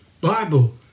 Bible